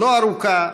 לא ארוכה,